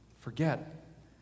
forget